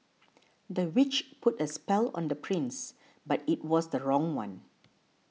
the witch put a spell on the prince but it was the wrong one